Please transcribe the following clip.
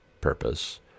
purpose